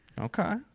Okay